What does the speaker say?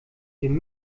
dem